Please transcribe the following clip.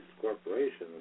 corporations